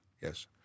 Yes